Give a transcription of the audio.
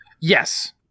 Yes